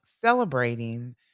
celebrating